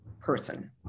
person